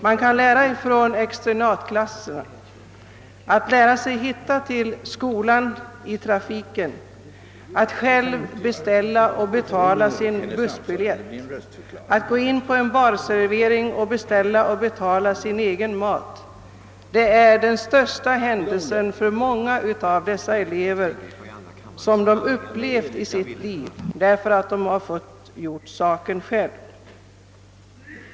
I externatklasserna kan eleverna lära sig att hitta till skolan i trafiken, att själva beställa och betala sin bussbiljett, att gå in på en barservering och beställa och betala sin egen mat. Att själva få göra sådant är för många av dessa elever det största de upplevt.